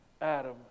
Adam